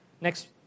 Next